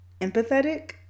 empathetic